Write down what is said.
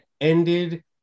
ended